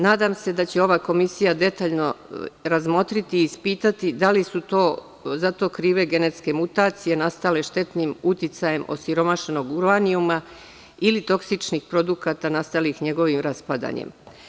Nadam se da će ova komisija detaljno razmotriti i ispitati da li su za to krive genetske mutacije nastale štetnim uticajem osiromašenog uranijuma ili toksičnih produkata nastalih njegovim raspadanjem.